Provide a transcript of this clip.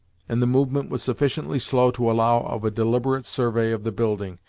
and the movement was sufficiently slow to allow of a deliberate survey of the building,